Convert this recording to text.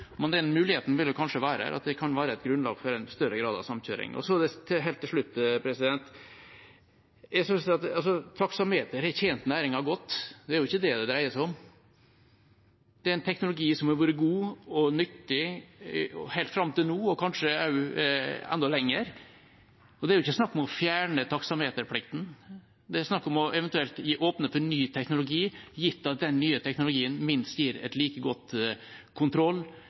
Men den muligheten vil kanskje være der til at det kan være et grunnlag for en større grad av samkjøring. Så helt til slutt: Taksameteret har tjent næringen godt – det er ikke det det dreier seg om. Det er en teknologi som har vært god og nyttig helt fram til nå, og kanskje også enda lenger. Det er ikke snakk om å fjerne taksameterplikten. Det er snakk om eventuelt å åpne for ny teknologi, gitt at den nye teknologien gir et minst like godt kontroll-